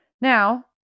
Now